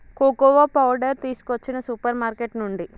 cocoa powder తీసుకొచ్చిన supermarket నుండి